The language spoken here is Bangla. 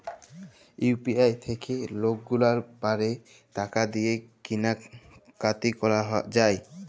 ইউ.পি.আই থ্যাইকে লকগুলাল পারে টাকা দিঁয়ে কিলা কাটি ক্যরা যায়